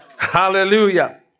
Hallelujah